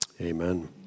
Amen